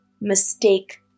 mistake